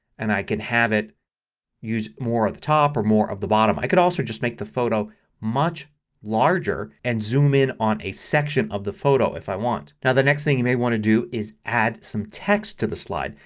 and i can have it use more of the top or more of the bottom. i can also just make the photo much larger and zoom in on a section of the photo if i want. and the next thing you may want to do is add some text to the slide.